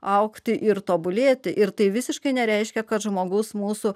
augti ir tobulėti ir tai visiškai nereiškia kad žmogus mūsų